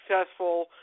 successful